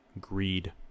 greed